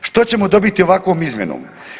Što ćemo dobiti ovakvom izmjenom?